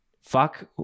fuck